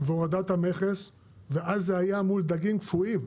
והורדת המכס ואז זה היה מול דגים קפואים,